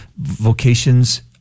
vocations